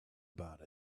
about